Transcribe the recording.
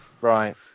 Right